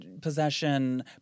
possession